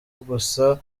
gusa